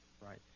right